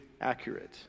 accurate